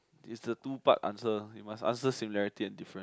is a two part answer you must answer similarity and difference